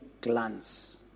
glance